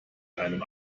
einem